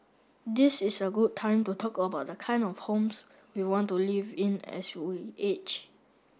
this is a good time to talk about the kind of homes we want to live in as we age